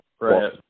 Right